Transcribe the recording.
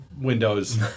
windows